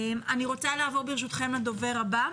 ברשותכם, אני רוצה לעבור לדובר הבא.